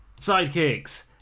Sidekicks